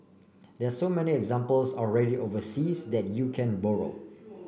there so many examples already overseas that you can borrow